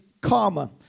karma